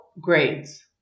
grades